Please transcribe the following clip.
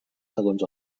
segons